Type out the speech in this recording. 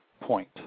point